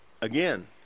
again